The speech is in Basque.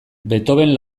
beethovenen